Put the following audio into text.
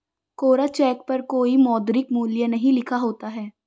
कोरा cheque पर कोई मौद्रिक मूल्य नहीं लिखा होता है